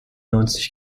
neunzig